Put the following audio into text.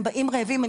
הם באים רעבים.